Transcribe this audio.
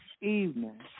evening